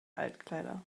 altkleider